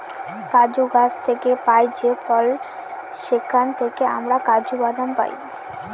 কাজু গাছ থেকে পাই যে ফল সেখান থেকে আমরা কাজু বাদাম পাই